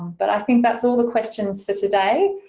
but i think that's all the questions for today.